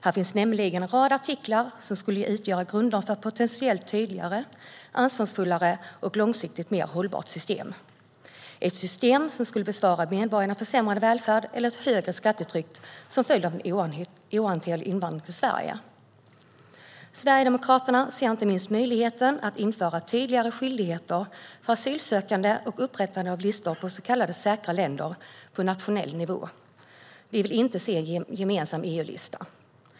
Här finns nämligen en rad artiklar som skulle kunna utgöra grunder för ett potentiellt tydligare, ansvarsfullare och långsiktigt mer hållbart system - ett system som skulle bespara medborgarna försämrad välfärd eller ett högre skattetryck som följd av en ohanterlig invandring till Sverige. Sverigedemokraterna ser inte minst möjligheten att införa tydligare skyldigheter för asylsökande och upprättande av listor på så kallade säkra länder på nationell nivå. Vi vill inte se en gemensam EU-lista.